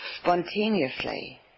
spontaneously